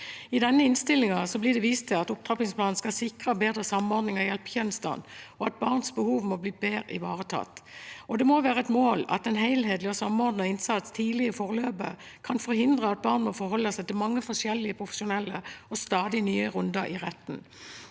I denne innstillingen blir det vist til at opptrappingsplanen skal sikre bedre samordning av hjelpetjenestene, og at barns behov må bli bedre ivaretatt. Det må være et mål at en helhetlig og samordnet innsats tidlig i forløpet kan forhindre at barn må forholde seg til mange forskjellige profesjonelle og stadig nye runder i retten.